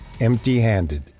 empty-handed